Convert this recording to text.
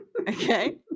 okay